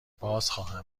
بازخواهم